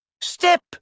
Step